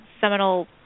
seminal